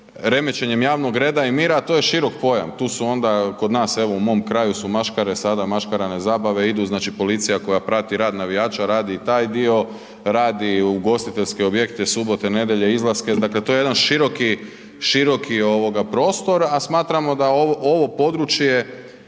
remećenjem javnog reda i mira, a to je širok pojam, tu su onda kod evo, u mom kraju su maškare sada, maškarane zabave, idu, znači policija koja prati rad navijača radi i taj dio. Radi u ugostiteljske objekte, subote, nedjelje, izlaske, dakle to je jedan široki prostor, a smatramo da ovo područje,